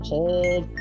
Hold